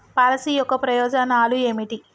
Policy యొక్క ప్రయోజనాలు ఏమిటి?